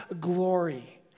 glory